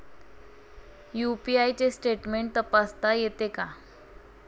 UPI चे statement तपासता येते का?